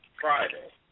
Friday